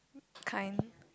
kind